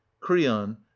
creon